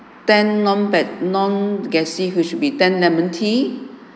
ten non pet non gassy which should be ten lemon tea